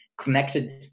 connected